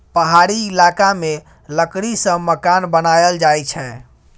पहाड़ी इलाका मे लकड़ी सँ मकान बनाएल जाई छै